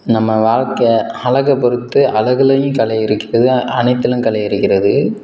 நம்ம வாழ்க்க அழக பொறுத்து அழகுலையும் கலை இருக்கிறது அனைத்திலும் கலை இருக்கிறது